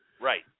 Right